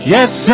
Yes